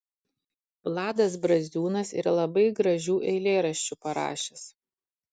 vladas braziūnas yra labai gražių eilėraščių parašęs